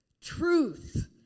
truth